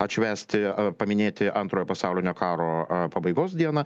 atšvęsti ar paminėti antrojo pasaulinio karo pabaigos dieną